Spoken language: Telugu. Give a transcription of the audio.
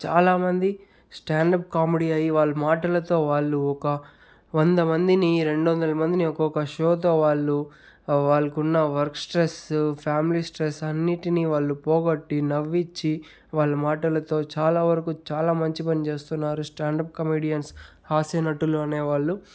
చాలా మంది స్టాండప్ కామెడీ అయి వాళ్ళు మాటలతో వాళ్ళు ఒక వంద మందిని రెండొందల మందిని ఒకొక షోతో వాళ్ళు వాళ్ళకున్న వర్క్ స్ట్రెస్ ఫ్యామిలీ స్ట్రెస్ అన్నిటిని వాళ్ళు పోగొట్టి నవ్వించి వాళ్ళ మాటలతో చాలా వరకు చాలా మంచి పని చేస్తున్నారు స్టాండప్ కమెడియన్స్ హాస్యనటులు అనే వాళ్ళు